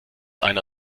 einer